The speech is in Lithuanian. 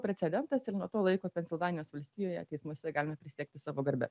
precedentas ir nuo to laiko pensilvanijos valstijoje teismuose galima prisiekti savo garbe